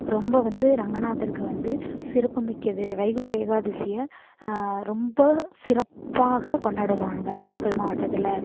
ரொம்ப வந்து ரங்கநாதருக்கு வந்து சிறப்பு மிக்கது வைகுண்ட ஏகாதசியை ரொம்ப சிறப்பாக கொண்டாடுவாங்க நாமக்கல் மாவட்டத்தில்